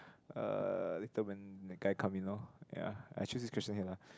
uh later when the guy come in lor ya I choose this question ya ah